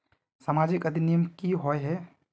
सामाजिक अधिनियम की होय है?